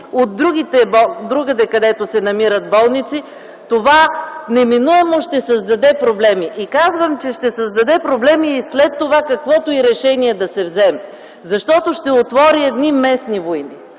от другаде, където се намират болници. Това неминуемо ще създаде проблеми. Казвам, че ще създаде проблеми и след това, каквото и решение да се вземе. Защото ще отвори едни местни войни.